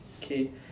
K